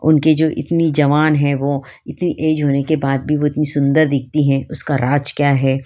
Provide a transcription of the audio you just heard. उनकी जो इतनी जवान हैं वह इतनी ऐज होने के बाद भी वह इतनी सुन्दर दिखती हैं उसका राज क्या है